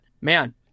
man